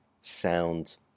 sound